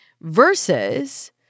versus